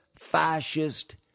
fascist